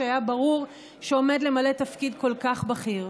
שהיה ברור שעומד למלא תפקיד כל כך בכיר.